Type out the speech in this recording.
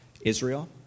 Israel